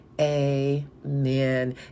amen